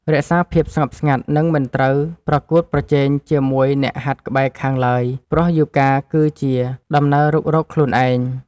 រក្សាភាពស្ងប់ស្ងាត់ និងមិនត្រូវប្រកួតប្រជែងជាមួយអ្នកហាត់ក្បែរខាងឡើយ ព្រោះយូហ្គាគឺជាដំណើររុករកខ្លួនឯង។